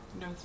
No